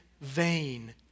vain